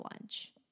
lunch